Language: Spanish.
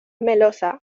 melosa